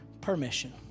permission